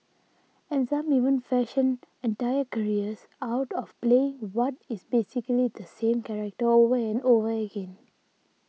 and some even fashion entire careers out of playing what is basically the same character over and over again